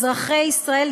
אזרחי ישראל,